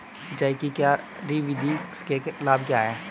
सिंचाई की क्यारी विधि के लाभ क्या हैं?